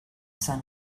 sun